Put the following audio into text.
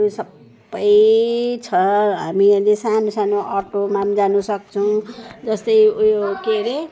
सबै छ हामी अहिले सानो सानो अटोमा पनि जानु सक्छौँ जस्तै ऊ यो केरे